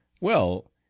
Well